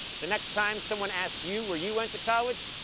the next time someone asks you where you went to college,